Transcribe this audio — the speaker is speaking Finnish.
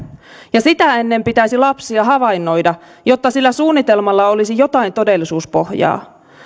ja sitä ennen pitäisi lapsia havainnoida jotta sillä suunnitelmalla olisi jotain todellisuuspohjaa